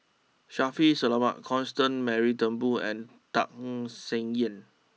Shaffiq Selamat Constance Mary Turnbull and Tham Sien Yen